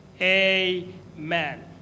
Amen